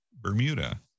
Bermuda